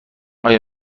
آیا